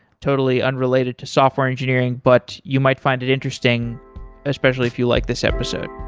totally unrelated to software engineering, but you might find it interesting especially if you like this episode.